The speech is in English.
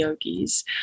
yogis